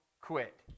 quit